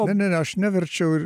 ne ne ne aš neverčiau